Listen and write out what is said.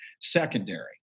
secondary